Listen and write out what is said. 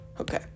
okay